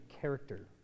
character